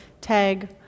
tag